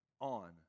on